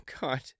God